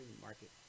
market